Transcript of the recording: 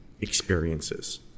experiences